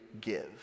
give